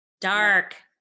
Dark